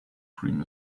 cream